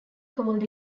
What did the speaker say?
called